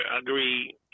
agree